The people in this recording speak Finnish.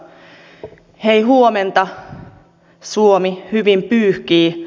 hei huomenta suomi hyvin pyyhkii